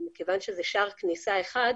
מכיוון שזה שער כניסה אחד,